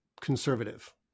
conservative